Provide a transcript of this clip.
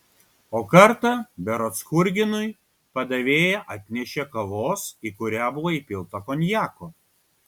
o kartą berods churginui padavėja atnešė kavos į kurią buvo įpilta konjako